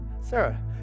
Sarah